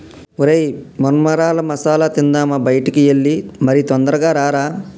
ఒరై మొన్మరాల మసాల తిందామా బయటికి ఎల్లి మరి తొందరగా రారా